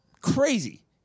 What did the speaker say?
crazy